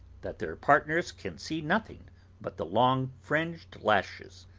that their partners can see nothing but the long fringed lashes.